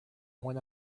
when